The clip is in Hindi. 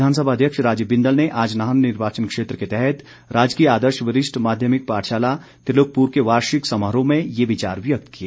विधानसभा अध्यक्ष राजीव बिंदल ने आज नाहन निर्वाचन क्षेत्र के तहत राजकीय आदर्श वरिष्ठ माध्यमिक पाठशाला त्रिलोकपुर के वार्षिक समारोह में ये विचार व्यक्त किए